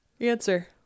Answer